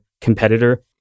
competitor